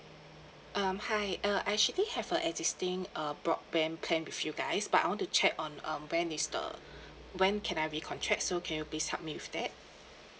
um hi uh I actually have a existing uh broadband plan with you guys but I want to check on um when is the when can I recontract so can you please help me with that